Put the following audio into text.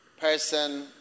person